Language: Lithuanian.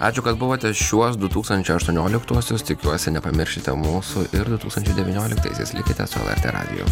ačiū kad buvote šiuos du tūkstančiai aštuonioliktuosius tikiuosi nepamiršite mūsų ir du tūkstančiai devynioliktaisiais likite su lrt radiju